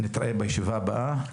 נתראה בישיבה הבאה.